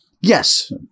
yes